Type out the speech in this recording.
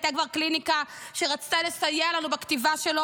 והייתה כבר קליניקה שרצתה לסייע לנו בכתיבה שלו,